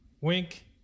Wink